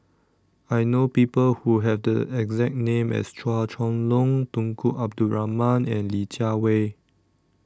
I know People Who Have The exact name as Chua Chong Long Tunku Abdul Rahman and Li Jiawei